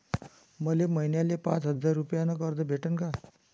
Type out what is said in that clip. मले महिन्याले पाच हजार रुपयानं कर्ज भेटन का?